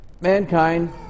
mankind